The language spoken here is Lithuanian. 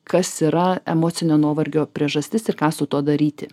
kas yra emocinio nuovargio priežastis ir ką su tuo daryti